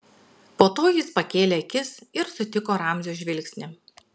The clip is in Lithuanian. po to jis pakėlė akis ir sutiko ramzio žvilgsnį